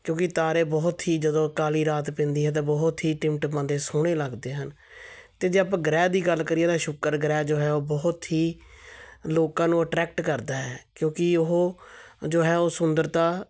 ਕਿਉਂਕਿ ਤਾਰੇ ਬਹੁਤ ਹੀ ਜਦੋਂ ਕਾਲੀ ਰਾਤ ਪੈਂਦੀ ਹੈ ਤਾਂ ਬਹੁਤ ਹੀ ਟਿਮਟਿਮਾਉਂਦੇ ਸੋਹਣੇ ਲੱਗਦੇ ਹਨ ਅਤੇ ਜੇ ਆਪਾਂ ਗ੍ਰਹਿ ਦੀ ਗੱਲ ਕਰੀਏ ਤਾਂ ਸ਼ੁੱਕਰ ਗ੍ਰਹਿ ਜੋ ਹੈ ਉਹ ਬਹੁਤ ਹੀ ਲੋਕਾਂ ਨੂੰ ਅਟਰੈਕਟ ਕਰਦਾ ਹੈ ਕਿਉਂਕਿ ਉਹ ਜੋ ਹੈ ਉਹ ਸੁੰਦਰਤਾ